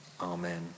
Amen